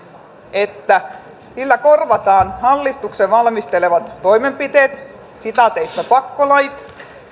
että sillä korvataan hallituksen valmistelemat toimenpiteet pakkolait